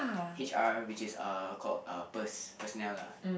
H_R with is uh called uh pers~ personnel lah